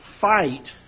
fight